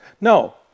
No